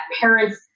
parents